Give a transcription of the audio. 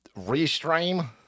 restream